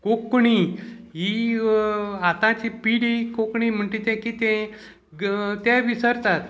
कोंकणी ही आतांची पिढी कोंकणी म्हणटा तें कितें ते विसरतात